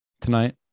tonight